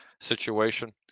situation